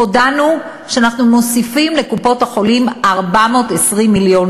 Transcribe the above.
הודענו שאנחנו מוסיפים לקופות-החולים 420 מיליון